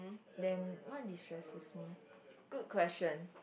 then what destresses me good question